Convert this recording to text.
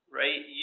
right